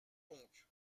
donc